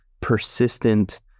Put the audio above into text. persistent